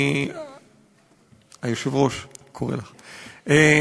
היושב-ראש קורא לךְ.